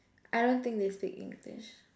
I don't think they speak English